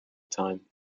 time